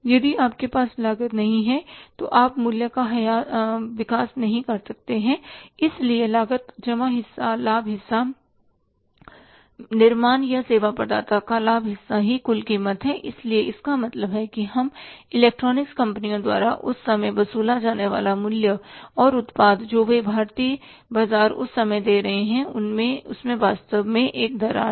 यदि आपके पास लागत नहीं है तो आप मूल्य का विकास नहीं कर सकते हैं इसलिए लागत जमा लाभ हिस्सा निर्माण या सेवा प्रदाता का लाभ हिस्सा ही कुल कीमत है इसलिए इसका मतलब है कि इन इलेक्ट्रॉनिक्स कंपनियों द्वारा उस समय वसूला जाने वाला मूल्य और उत्पाद जो वे भारतीय बाजार उस समय दे रहे थे उसमें वास्तव में एक दरार थी